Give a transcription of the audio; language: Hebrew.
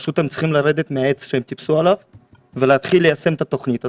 הם פשוט צריכים לרדת מהעץ עליו הם טיפסו ולהתחיל ליישם את התוכנית הזו.